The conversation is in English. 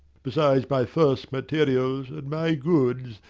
beside my first materials and my goods,